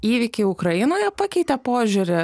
įvykiai ukrainoje pakeitė požiūrį